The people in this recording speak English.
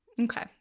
Okay